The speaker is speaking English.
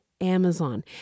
Amazon